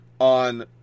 on